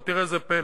אבל תראה זה פלא,